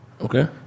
Okay